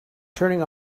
turning